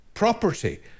property